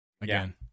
again